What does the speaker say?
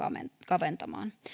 kaventaman